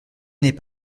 n’est